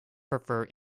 prefer